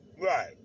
Right